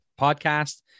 podcast